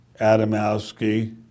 Adamowski